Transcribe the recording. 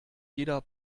jeder